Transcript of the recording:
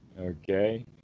okay